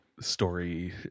story